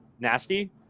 nasty